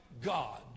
God